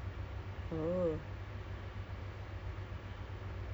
you don't have to wait no normally there's a period between like